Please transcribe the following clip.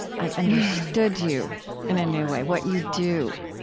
i understood you in a new way, what you do.